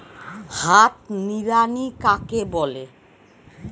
হাত নিড়ানি কাকে বলে?